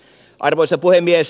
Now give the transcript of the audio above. arvoisa puhemies